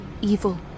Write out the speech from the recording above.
evil